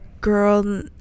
girl